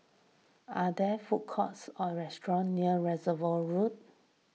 are there food courts or restaurants near Reservoir Road